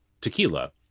tequila